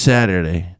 Saturday